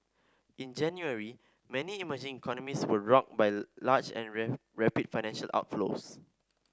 in January many emerging economies were rocked by large and rapid financial outflows